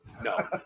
No